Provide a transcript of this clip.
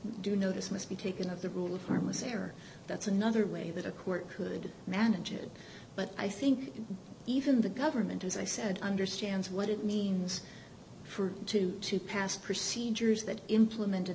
do know this must be taken of the rule of harmless error that's another way that a court could manage it but i think even the government as i said understands what it means for two to pass procedures that implement